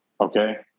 Okay